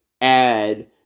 add